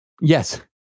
Yes